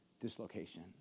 dislocation